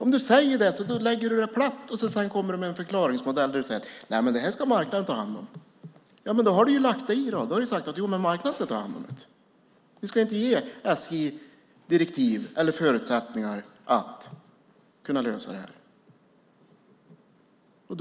Om du säger det lägger du dig platt och kommer sedan med en förklaringsmodell där du säger att det här ska marknaden ta hand om. Då har du lagt dig i. Då har du sagt att marknaden ska ta hand om detta. Vi ska inte ge SJ direktiv eller förutsättningar att kunna lösa detta.